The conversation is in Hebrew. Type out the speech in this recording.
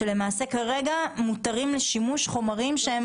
שלמעשה כרגע מותרים לשימוש חומרים שהם